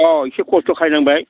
अह एसे खस्थ' खालायनांबाय